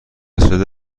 صدا